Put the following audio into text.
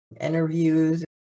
interviews